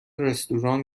رستوران